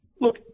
look